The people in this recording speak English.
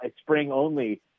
spring-only